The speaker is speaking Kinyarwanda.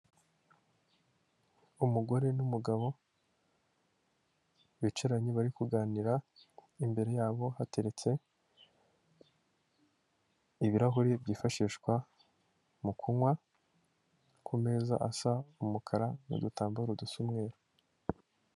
Umugore n'umugabo bicaranye bari kuganira, imbere yabo hateretse ibirahuri byifashishwa mu kunywa, ku meza asa umukara n'udutambaro dusa umweru.